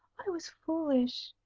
i was foolish.